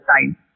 time